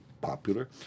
popular